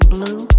Blue